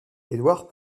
édouard